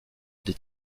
des